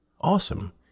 awesome